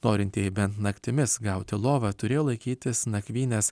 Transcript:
norintieji bent naktimis gauti lovą turėjo laikytis nakvynės